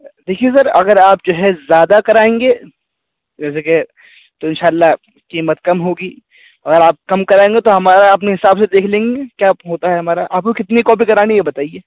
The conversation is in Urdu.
دیکھیے سر اگر آپ جو ہے زیادہ کرائیں گے جیسے کہ تو ان شاء اللہ قیمت کم ہوگی اور آپ کم کرائیں گے تو ہمارا اپنے حساب سے دیکھ لیں گے کیا ہوتا ہے ہمارا آپ کو کتنی کی کاپی کرانی ہے یہ بتائیے